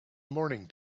morning